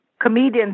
comedians